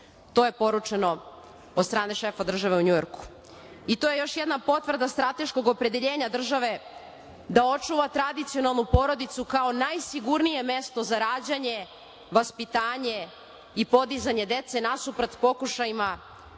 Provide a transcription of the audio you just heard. To je poručeno od strane šefa države u Njujorku. To je još jedna potvrda strateškog opredeljenja države da očuva tradicionalnu porodicu kao najsigurnije mesto za rađanje, vaspitanje i podizanje dece nasuprot pokušajima